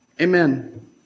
Amen